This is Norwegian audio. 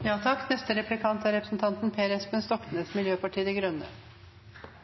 Det er hyggelig å høre at statsråden mener dette er